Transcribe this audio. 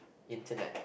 internet